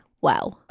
Wow